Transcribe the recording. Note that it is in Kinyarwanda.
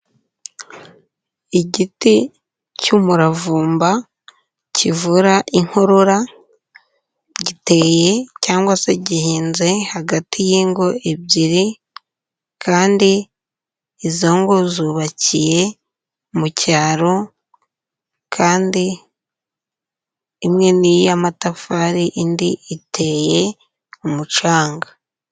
Igiti cy'umuravumba, kivura inkorora, giteye cyangwa se gihinze hagati y'ingo ebyiri kandi izo ngo zubakiye, mu cyaro kandi imwe ni iy'amatafari indi iteye umucanga.